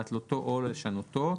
להתלותו או לשנותו,